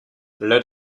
let